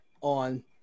on